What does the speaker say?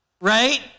Right